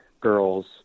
girls